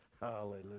Hallelujah